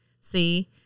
See